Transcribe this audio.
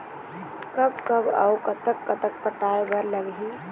कब कब अऊ कतक कतक पटाए बर लगही